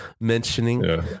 mentioning